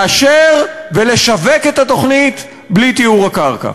לאשר ולשווק את התוכנית בלי טיהור הקרקע.